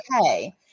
okay